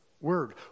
word